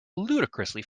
ludicrously